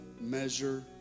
measure